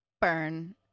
Burn